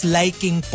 liking